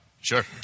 Sure